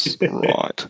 right